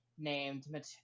named